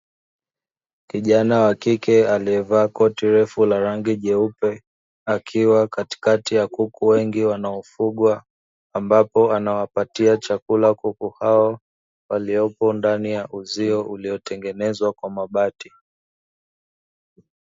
Kijana wa kike aliyevaa koti refu la rangi nyeupe akiwa katikati ya kuku wengi wanaofugwa, ambapo anawapatia chakula kuku hao waliopo ndani ya uzio uliotengenezwa kwa mabati.